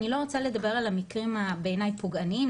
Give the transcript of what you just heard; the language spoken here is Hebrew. אני לא רוצה לדבר על המקרים הבעיני פוגעניים,